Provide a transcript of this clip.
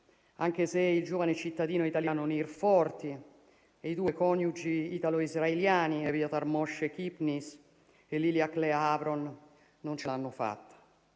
anche se il giovane cittadino italiano Nir Forti e i due coniugi italo-israeliani Eviatar Moshe Kipnis e Liliach Lea Havron non ce l'hanno fatta.